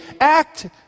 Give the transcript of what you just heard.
act